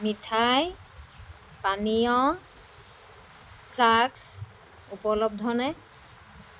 মিঠাই পানীয় ফ্লাস্ক উপলব্ধনে